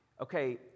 Okay